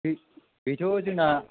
बेथ' जोंना